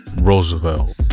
Roosevelt